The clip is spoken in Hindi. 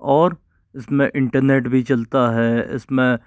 और इस में इंटरनेट भी चलता है इस में